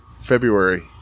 February